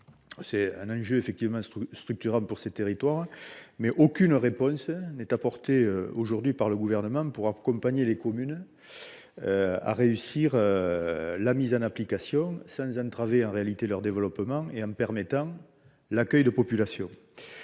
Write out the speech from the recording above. c'est un enjeu effectivement structurant pour ces territoires mais aucune réponse n'est apportée aujourd'hui par le gouvernement pour accompagner les communes à réussir la mise en application sans entraver et en réalité, leur développement et en permettant l'accueil de populations,